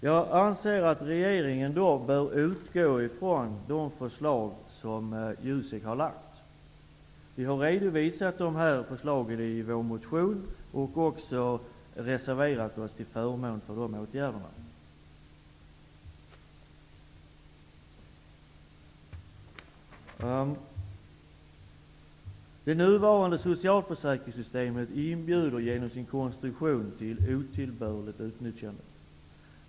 Jag anser att regeringen då bör utgå ifrån de förslag som JUSEK har lagt fram. Vi har redovisat dessa förslag i vår motion, och vi har också reserverat oss till förmån för de åtgärderna. Det nuvarande socialförsäkringssystemet inbjuder genom sin konstruktion till otillbörligt utnyttjande.